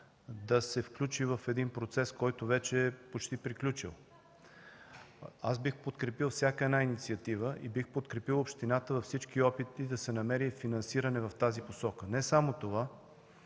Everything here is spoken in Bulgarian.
да се включи в един процес, който вече е почти приключил. Бих подкрепил всяка една инициатива и бих подкрепил общината във всички опити да се намери финансиране в тази посока. Не само това,